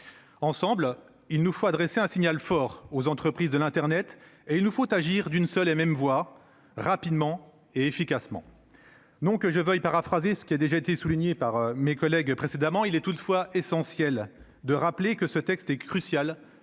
Ensemble, il nous faut adresser un signal fort aux entreprises de l'internet, et il nous faut agir d'une seule et même voix, rapidement et efficacement. Sans vouloir paraphraser ce qui a déjà été souligné par mes collègues, il est essentiel de rappeler que ce texte est crucial,